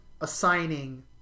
assigning